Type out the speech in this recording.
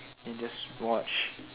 then just watch